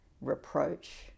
reproach